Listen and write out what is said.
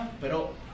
Pero